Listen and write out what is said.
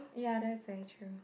ya that's very true